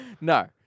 No